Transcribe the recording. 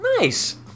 Nice